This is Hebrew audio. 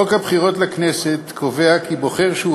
חוק הבחירות לכנסת קובע כי בוחר שהוא